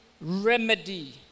remedy